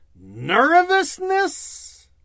nervousness